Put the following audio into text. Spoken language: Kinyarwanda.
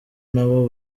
nabo